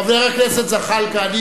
חבר הכנסת זחאלקה,